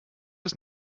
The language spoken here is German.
ist